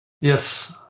Yes